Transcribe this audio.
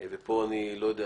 ופה אני לא יודע,